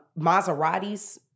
Maseratis